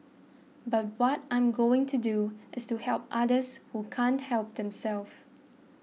but what I'm going to do is to help others who can't help themselves